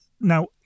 Now